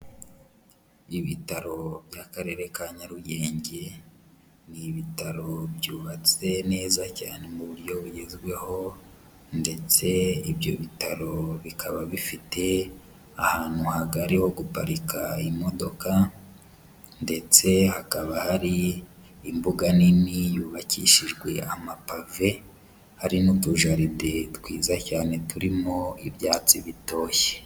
Ibitaro by'Akarere ka Nyarugenge, ni ibitaro byubatse neza cyane mu buryo bugezweho ndetse ibyo bitaro bikaba bifite ahantu hagari ho guparika imodoka ndetse hakaba hari imbuga nini yubakishijwe amapave, hari n'utujaridhe twiza cyane turimo ibyatsi bitoshye.